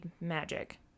magic